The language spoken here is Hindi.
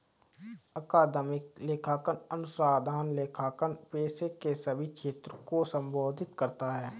अकादमिक लेखांकन अनुसंधान लेखांकन पेशे के सभी क्षेत्रों को संबोधित करता है